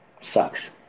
Sucks